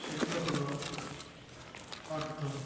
সেগুলো হলো অর্থ